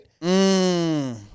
Mmm